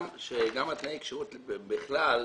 גם תנאי הכשירות בכלל,